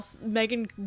Megan